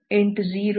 1x ಸಿಗುತ್ತದೆ